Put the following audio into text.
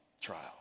Trial